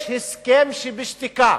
יש הסכם שבשתיקה.